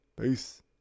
Peace